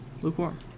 lukewarm